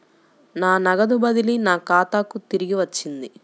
నా నగదు బదిలీ నా ఖాతాకు తిరిగి వచ్చింది